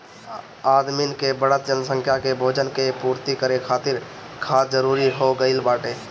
आदमिन के बढ़त जनसंख्या के भोजन के पूर्ति करे खातिर खाद जरूरी हो गइल बाटे